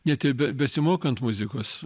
net ir be besimokant muzikos